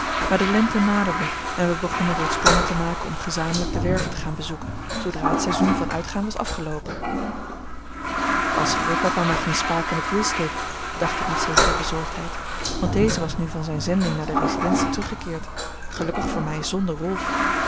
maar de lente naderde en wij begonnen reeds plannen te maken om gezamenlijk de werve te gaan bezoeken zoodra het seizoen van uitgaan was afgeloopen als grootpapa maar geen spaak in het wiel steekt dacht ik met zekere bezorgdheid want deze was nu van zijne zending naar de residentie teruggekeerd gelukkig voor mij zonder rolf